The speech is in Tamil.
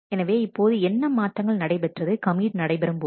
எனவே இப்போது என்ன மாற்றங்கள் நடைபெற்றது கமிட் நடைபெறும் போது